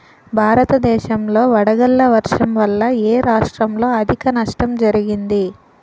భారతదేశం లో వడగళ్ల వర్షం వల్ల ఎ రాష్ట్రంలో అధిక నష్టం జరిగింది?